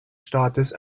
staates